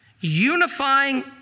unifying